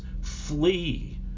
Flee